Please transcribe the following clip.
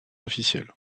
officielle